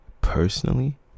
personally